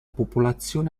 popolazione